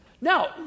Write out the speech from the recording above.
Now